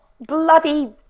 bloody